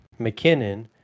McKinnon